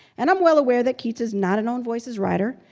and i'm well aware that keats is not an ownvoices writer,